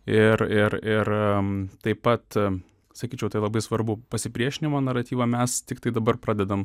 ir ir ir taip pat sakyčiau tai labai svarbu pasipriešinimo naratyva mes tiktai dabar pradedam